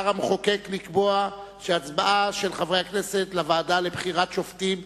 בחר המחוקק לקבוע שהצבעה של חברי הכנסת לוועדה לבחירת שופטים,